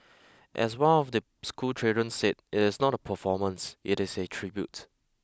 as one of the schoolchildren said it is not a performance it is a tribute